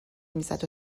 میزد